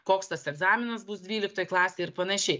koks tas egzaminas bus dvyliktoj klasėj ir panašiai